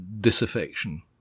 disaffection